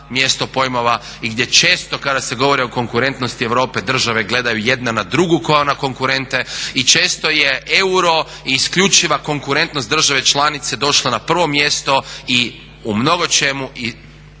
mjesto pojmova i gdje često kada se govori o konkurentnosti Europe države gledaju jedna na drugu kao na konkurente i često je euro i isključiva konkurentnost države članice došla na prvo mjesto i u mnogo čemu